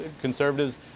conservatives